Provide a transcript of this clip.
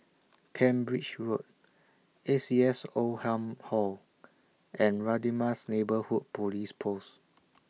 Cambridge Road A C S Oldham Hall and Radin Mas Neighbourhood Police Post